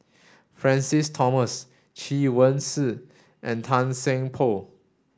Francis Thomas Chen Wen Hsi and Tan Seng Poh